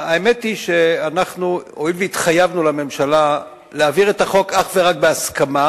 האמת היא שהואיל והתחייבנו לממשלה להעביר את החוק אך ורק בהסכמה,